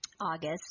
August